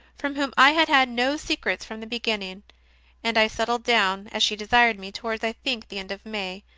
from whom i had had no secrets from the beginning and i settled down, as she desired me, towards, i think, the end of may,